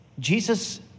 Jesus